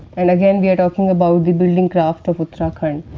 and again, we are talking about the building crafts of uttarakhand.